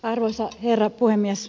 arvoisa herra puhemies